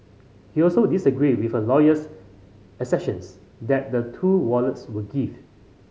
he also disagreed with her lawyer's assertions that the two wallets were gifts